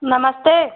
नमस्ते